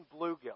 bluegill